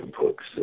books